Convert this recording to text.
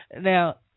Now